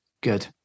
good